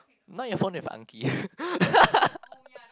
not your phone with